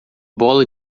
bola